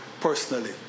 Personally